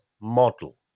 model